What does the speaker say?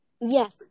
yes